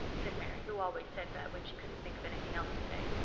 said mary who always said that when she couldn't think of anything else to say.